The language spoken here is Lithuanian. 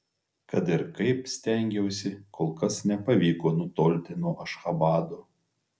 kad ir kaip stengiausi kol kas nepavyko nutolti nuo ašchabado